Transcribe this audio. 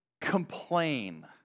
complain